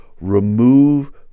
Remove